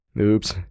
Oops